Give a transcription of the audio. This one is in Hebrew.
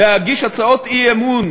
להגיש הצעות אי-אמון